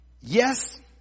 yes